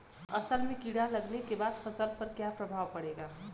असल में कीड़ा लगने के बाद फसल पर क्या प्रभाव पड़ेगा?